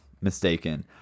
mistaken